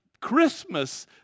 Christmas